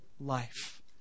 life